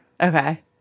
Okay